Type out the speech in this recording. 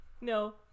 No